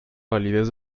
validez